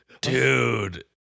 Dude